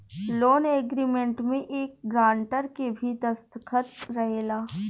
loan agreement में एक grantor के भी दस्तख़त रहेला